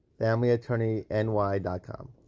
FamilyAttorneyNY.com